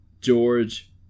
George